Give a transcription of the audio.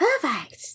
Perfect